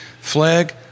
flag